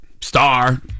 star